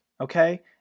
okay